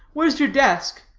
where's your desk?